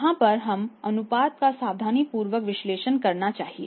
यहाँ पर हमें अनुपात का सावधानीपूर्वक विश्लेषण करना चाहिए